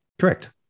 Correct